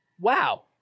Wow